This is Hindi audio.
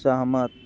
सहमत